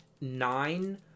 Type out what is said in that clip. Nine